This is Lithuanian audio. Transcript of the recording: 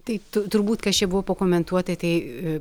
taip tu turbūt kas čia buvo pakomentuota tai